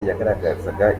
yagaragazaga